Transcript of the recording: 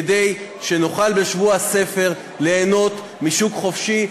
כדי שנוכל בשבוע הספר ליהנות משוק חופשי,